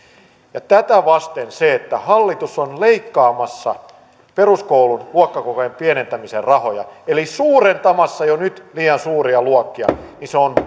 tätä vasten se että hallitus on leikkaamassa peruskoulun luokkakokojen pienentämisen rahoja eli suurentamassa jo nyt liian suuria luokkia on